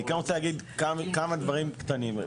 אני כן רוצה להגיד כמה דברים קטנים.